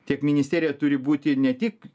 tiek ministerija turi būti ne tik